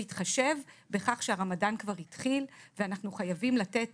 בהתחשב בכך שהרמדאן כבר התחיל ואנחנו חייבים לתת